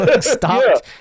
Stop